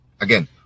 Again